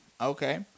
Okay